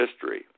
history